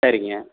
சரிங்க